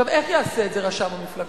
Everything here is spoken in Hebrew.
איך יעשה את זה רשם המפלגות?